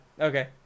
Okay